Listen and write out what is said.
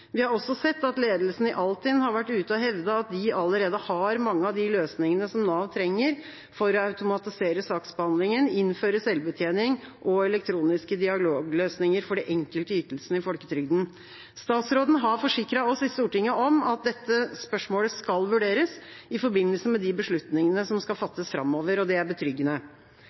Vi har også sett at ledelsen i Altinn har vært ute og hevdet at de allerede har mange av de løsningene som Nav trenger for å automatisere saksbehandlinga og innføre selvbetjening og elektroniske dialogløsninger for de enkelte ytelsene i folketrygden. Statsråden har forsikret oss i Stortinget om at dette spørsmålet skal vurderes i forbindelse med de beslutningene som skal fattes framover, og det er betryggende.